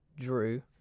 drew